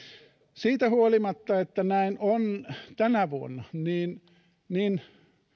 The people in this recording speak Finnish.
siitä huolimatta että näin on tänä vuonna niin niin